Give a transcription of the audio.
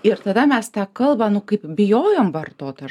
ir tada mes tą kalbą nu kaip bijojom vartot aš